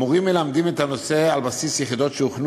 המורים מלמדים את הנושא על בסיס יחידות שהוכנו